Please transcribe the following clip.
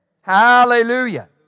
Hallelujah